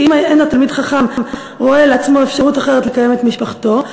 שאם אין התלמיד חכם רואה לעצמו אפשרות אחרת לקיים את משפחתו,